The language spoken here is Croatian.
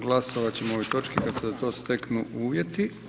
Glasovat ćemo o ovoj točki kada se za to steknu uvjeti.